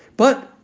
but,